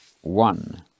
One